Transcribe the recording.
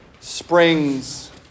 springs